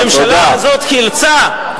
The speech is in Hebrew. תשאל את שר האוצר לשעבר, אז הממשלה הזאת חילצה,